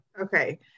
Okay